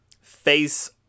face